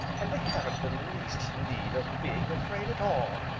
and they haven't the least need of being afraid at all.